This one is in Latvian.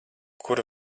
kur